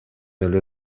эле